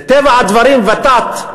מטבע הדברים, ות"ת,